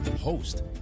Host